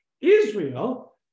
Israel